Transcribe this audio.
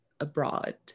abroad